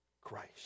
Christ